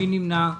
מי נמנע?